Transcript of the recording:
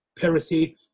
piracy